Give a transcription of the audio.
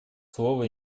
слово